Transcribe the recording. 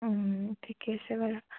ঠিকে আছে বাৰু